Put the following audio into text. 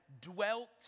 dwelt